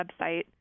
website